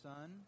Son